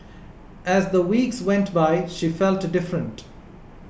as the weeks went by she felt different